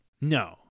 No